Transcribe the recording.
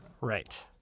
Right